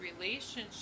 relationship